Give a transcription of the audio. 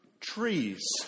trees